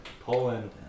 Poland